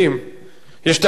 יש טענה ללא נמצאים.